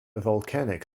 volcanic